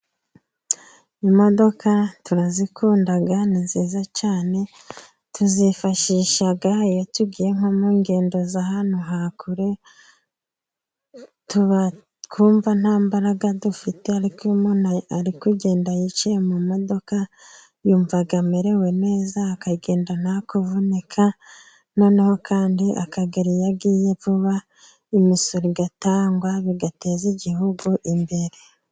Imodoka turazikunda ni nziza cyane tuzifashisha, iyo tugiye mu ngendo za hantu ha kure twumva nta mbaraga dufite, ariko umuntu ari kugenda yicaye mu modoka yumva amerewe neza akagenda nta kuvunika noneho kandi akagera iyo agiye vuba, imisoro igatangwa bigateza igihugu imbere.